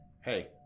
hey